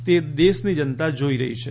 તે દેશની જનતા જોઈ રહી છે